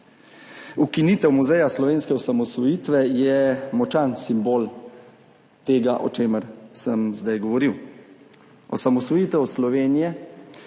Ukinitev Muzeja slovenske osamosvojitve je močan simbol tega, o čemer sem zdaj govoril. Osamosvojitev Slovenije